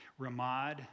Ramad